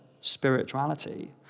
spirituality